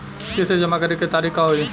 किस्त जमा करे के तारीख का होई?